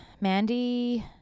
Mandy